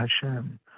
Hashem